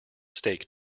stake